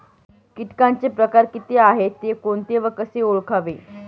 किटकांचे प्रकार किती आहेत, ते कोणते व कसे ओळखावे?